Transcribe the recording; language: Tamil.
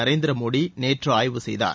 நரேந்திர மோடி நேற்று ஆய்வு செய்தார்